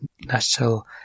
national